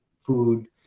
food